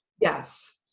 yes